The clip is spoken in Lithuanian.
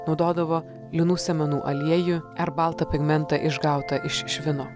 naudodavo linų sėmenų aliejų ar baltą pigmentą išgautą iš švino